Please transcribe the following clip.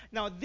Now